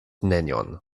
nenion